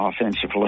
offensively